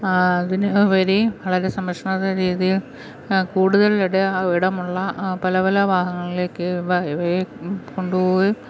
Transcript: അതിന് ഉപരി വളരെ സംരക്ഷണമെന്ന രീതിയിൽ കൂടുതൽ ഇടമുള്ള പല പല ഭാഗങ്ങളിലേക്ക് ഇവ ഇവയെ കൊണ്ട് പോവുകയും